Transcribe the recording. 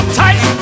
tight